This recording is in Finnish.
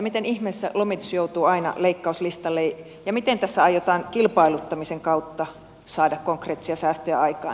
miten ihmeessä lomitus joutuu aina leikkauslistalle ja miten tässä aiotaan kilpailuttamisen kautta saada konkreettisia säästöjä aikaan